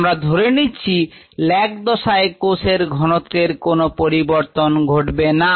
আমরা ধরে নিচ্ছি lag দশায় কোষের ঘনত্বের কোন পরিবর্তন ঘটবে না